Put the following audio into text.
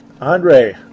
Andre